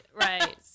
right